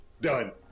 done